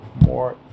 More